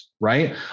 right